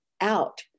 out